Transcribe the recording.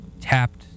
tapped